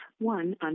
one